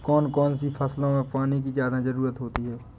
कौन कौन सी फसलों में पानी की ज्यादा ज़रुरत होती है?